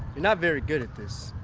not very good at this.